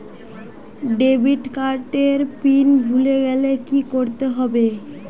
Debit card এর PIN ভুলে গেলে কি করতে হবে?